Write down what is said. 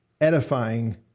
edifying